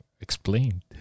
explained